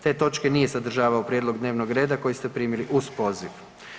Te točke nije sadržavao prijedlog dnevnog reda koji ste primili uz poziv.